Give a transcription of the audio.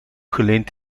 geleend